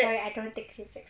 sorry I don't take physics